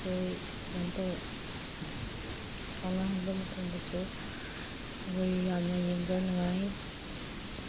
ꯑꯩꯈꯣꯏ ꯀꯩꯅꯣ ꯇꯧꯏ ꯀꯥꯎꯅꯍꯟꯕ ꯃꯇꯝꯗꯁꯨ ꯑꯩꯈꯣꯏ ꯌꯥꯝꯅ ꯌꯦꯡꯕ ꯅꯨꯡꯉꯥꯏ